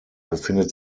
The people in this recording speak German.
befindet